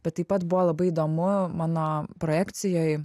bet taip pat buvo labai įdomu mano projekcijoj